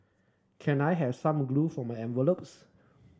can I have some glue for my envelopes